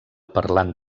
parlant